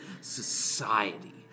society